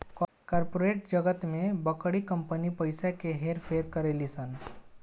corporate जगत में बड़की कंपनी पइसा के हेर फेर करेली सन